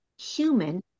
human